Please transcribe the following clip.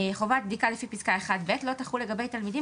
חובת בדיקה לפי פסקה 1ב לא תחול לגבי תלמידים